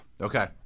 Okay